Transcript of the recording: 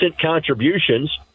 contributions –